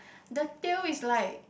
the tail is like